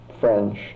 French